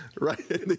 right